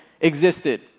existed